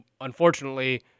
Unfortunately